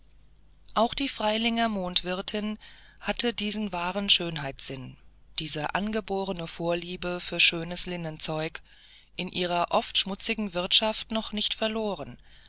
auch die freilinger mondwirtin hatte diesen wahren schönheitssinn diese angeborene vorliebe für schönes linnenzeug in ihrer oft schmutzigen wirtschaft noch nicht verloren